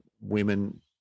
women